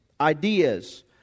ideas